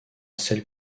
celle